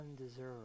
undeserved